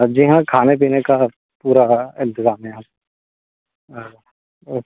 जी हाँ खाने पीने का पूरा इंतेज़ाम है यहाँ हाँ ओके